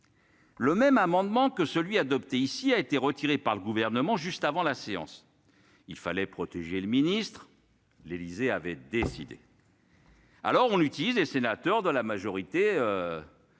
Le même amendement que celui adopté ici a été retiré par le gouvernement, juste avant la séance, il fallait protéger le ministre, l'Élysée avait décidé. Alors on utilise et sénateurs de la majorité en